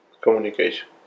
communication